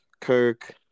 Kirk